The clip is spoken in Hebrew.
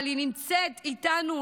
אבל היא נמצאת איתנו,